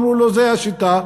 אמרו לו: זו השיטה,